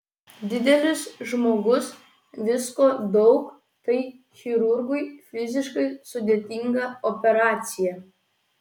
didelis žmogus visko daug tai chirurgui fiziškai sudėtinga operacija